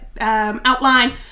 Outline